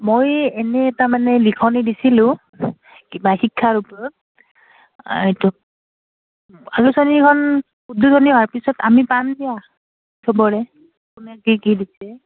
মই এনেই তাৰ মানে লিখনি দিছিলোঁ কিবা শিক্ষাৰ ওপৰত এইটো আলোচনীখন উদ্বোধনী হোৱাৰ পিছত আমি পাম দিয়া চবৰে কোনে কি কি দিছে